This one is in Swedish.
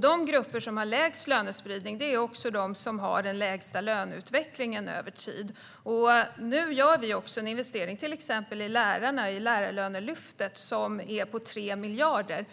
De grupper som har lägst lönespridning är också de som har den lägsta löneutvecklingen över tid. Nu gör vi också en investering i till exempel lärarna genom Lärarlönelyftet, som är på 3 miljarder.